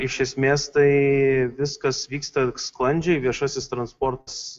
iš esmės tai viskas vyksta sklandžiai viešasis transportas